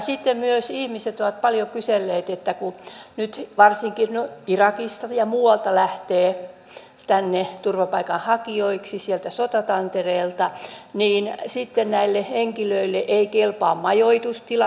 sitten myös ihmiset ovat paljon kyselleet siitä että kun nyt varsinkin irakista ja muualta sieltä sotatantereelta lähtee tänne turvapaikanhakijoiksi näille henkilöille eivät kelpaa majoitustilat